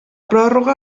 pròrroga